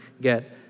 get